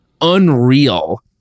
unreal